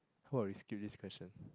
how about we skip this question